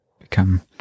become